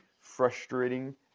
frustrating